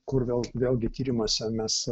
kur vėl vėlgi tyrimuose mes